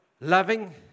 loving